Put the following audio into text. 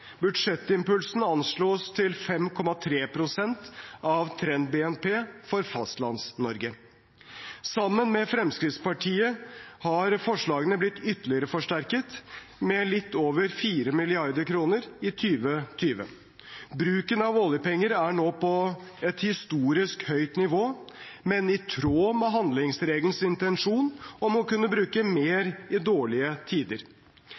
Budsjettimpulsen anslås til 5,3 pst. av trend-BNP for Fastlands-Norge. Sammen med Fremskrittspartiet har forslagene blitt ytterligere forsterket, med litt over 4 mrd. kr i 2020. Bruken av oljepenger er nå på et historisk høyt nivå, men i tråd med handlingsregelens intensjon om å bruke mer i dårlige tider.